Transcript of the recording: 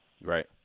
Right